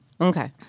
Okay